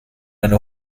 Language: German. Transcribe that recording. eine